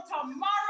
tomorrow